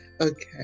Okay